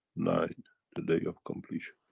nine the day of completion.